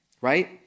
right